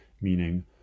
meaning